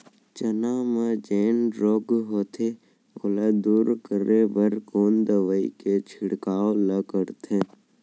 चना म जेन रोग होथे ओला दूर करे बर कोन दवई के छिड़काव ल करथे?